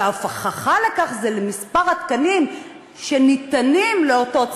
וההוכחה לכך היא מספר התקנים שניתנים לאותו ציבור,